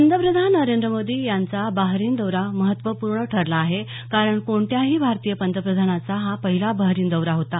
पंतप्रधान नरेंद्र मोदी यांचा बहरीन दौरा महत्त्वपूर्ण ठरला कारण कोणत्याही भारतीय पंतप्रधानांचा हा पहिला बहरीन दौरा होता